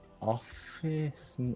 office